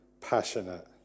passionate